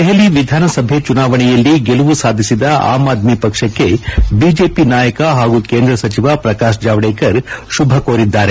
ದೆಹಲಿ ವಿಧಾನಸಭೆ ಚುನಾವಣೆಯಲ್ಲಿ ಗೆಲುವು ಸಾಧಿಸಿದ ಆಮ್ ಆದ್ಲಿ ಪಕ್ಷಕ್ಕೆ ಬಿಜೆಪಿ ನಾಯಕ ಹಾಗೂ ಕೇಂದ್ರ ಸಚಿವ ಪ್ರಕಾಶ್ ಜಾವಡೇಕರ್ ಶುಭ ಕೋರಿದ್ದಾರೆ